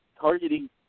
targeting